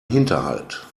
hinterhalt